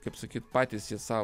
kaip sakyt patys jie sau